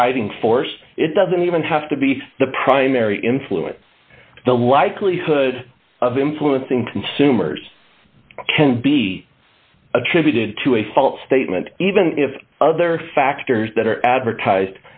driving force it doesn't even have to be the primary influence the likelihood of influencing consumers can be attributed to a fault statement even if other factors that are advertised